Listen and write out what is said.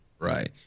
Right